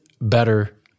better